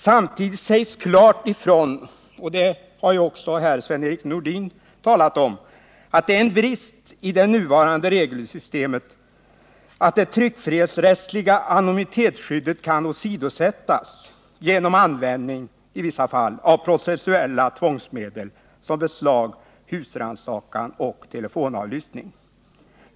Samtidigt sägs klart ifrån, vilket också Sven-Erik Nordin har talat om, att det är en brist i det nuvarande regelsystemet att det tryckfrihetsrättsliga anonymitetsskyddet kan åsidosättas genom användning i vissa fall av processuella tvångsmedel som beslag, husrannsakan och telefonavlyssning.